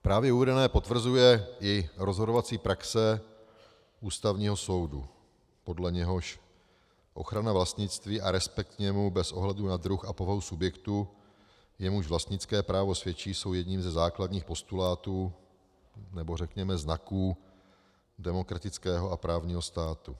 Právě uvedené potvrzuje i rozhodovací praxe Ústavního soudu, podle něhož ochrana vlastnictví a respekt k němu bez ohledu na druh a povahu subjektu, jemuž vlastnické právo svědčí, jsou jedním ze základních postulátů, nebo řekněme znaků demokratického a právního státu.